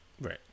Right